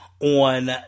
on